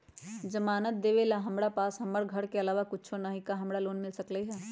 जमानत देवेला हमरा पास हमर घर के अलावा कुछो न ही का हमरा लोन मिल सकई ह?